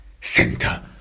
center